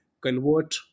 convert